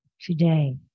today